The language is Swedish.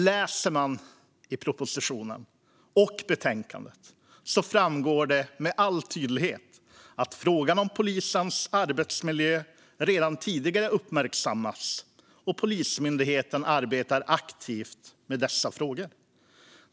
Läser man propositionen och betänkandet framgår det dock med all tydlighet att frågan om polisens arbetsmiljö redan tidigare har uppmärksammats och att Polismyndigheten arbetar aktivt med dessa frågor.